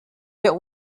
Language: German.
wir